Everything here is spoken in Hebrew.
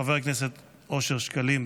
חבר הכנסת אושר שקלים,